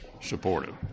supportive